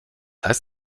heißt